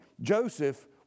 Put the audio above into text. Joseph